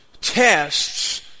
tests